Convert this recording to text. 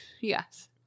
Yes